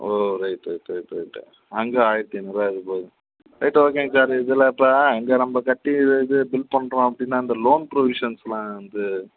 ஓ right right right right அங்கே ஆயிரத்து ஐந்நூறுரூவா இதுபோக ரைட்டு ஓகேங்க சார் இதில் இப்போ இங்கே நம்ப கட்டி இது இது பில்ட் பண்ணுறோம் அப்படின்னா இந்த லோன் ப்ரொவிஷன்ஸ்லாம் வந்து